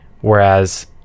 Whereas